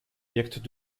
wirkt